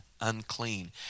unclean